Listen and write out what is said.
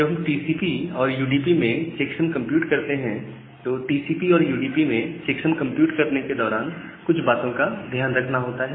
जब हम टीसीपी और यूडीपी में चेक्सम कंप्यूट करते हैं तो टीसीपी और यूडीपी में चेक्सम कंप्यूट करने के दौरान कुछ बातों का ध्यान रखना होता है